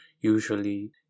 usually